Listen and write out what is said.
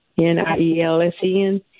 N-I-E-L-S-E-N